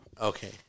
Okay